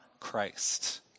Christ